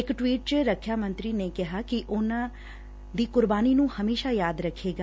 ਇਕ ਟਵੀਟ ਚ ਰੱਖਿਆੂ ਮੰਤਰੀ ਨੇੂ ਕਿਹਾ ਕਿ ਦੇਸ਼ ਉਨਾਂ ਦੀ ਕੁਰਬਾਨੀ ਨੂ ਹਮੇਸ਼ਾ ਯਾਦ ਰਖੇਗਾ